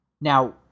Now